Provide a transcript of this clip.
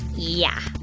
yeah